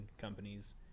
companies